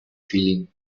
feeling